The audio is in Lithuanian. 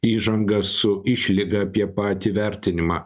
įžangą su išlyga apie patį vertinimą